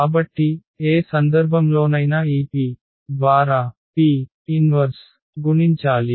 కాబట్టి ఏ సందర్భంలోనైనా ఈ P ద్వారా P 1 గుణించాలి